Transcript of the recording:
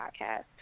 Podcast